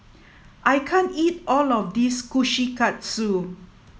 I can't eat all of this Kushikatsu